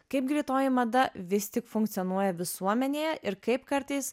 kaip greitoji mada vis tik funkcionuoja visuomenėje ir kaip kartais